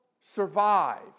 survive